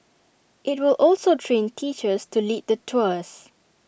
IT will also train teachers to lead the tours